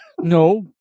No